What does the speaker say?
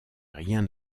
rien